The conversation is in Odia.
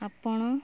ଆପଣ